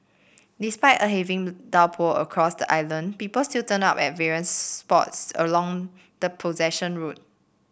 despite a heavy downpour across the island people still turned up at various spots along the procession route